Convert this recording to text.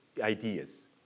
ideas